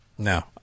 No